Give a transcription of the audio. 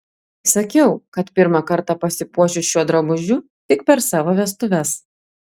sakiau kad pirmą kartą pasipuošiu šiuo drabužiu tik per savo vestuves